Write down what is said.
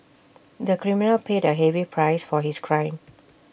the criminal paid A heavy price for his crime